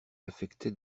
affectait